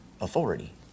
authority